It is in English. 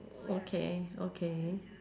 okay okay